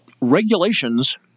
regulations